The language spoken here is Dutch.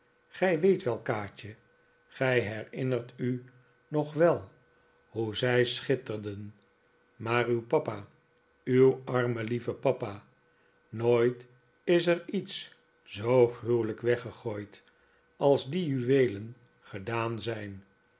gij weet wel kaatje gij herinnert u nog wel hoe zij schitterden maar uw papa uw arme lieve papa nooit is er iets zoo gruwelijk weggegooid als die juweelen gedaan zijn